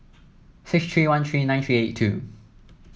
six three one three nine three eight two